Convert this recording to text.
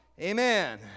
amen